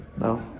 No